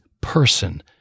person